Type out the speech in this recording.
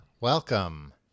welcome